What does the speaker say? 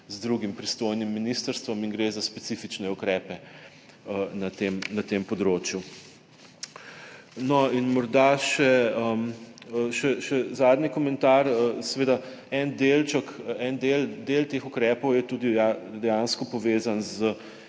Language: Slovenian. z drugim pristojnim ministrstvom in gre za specifične ukrepe na tem področju. Morda še zadnji komentar, seveda en del teh ukrepov je tudi dejansko povezan